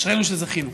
אשרינו שזכינו.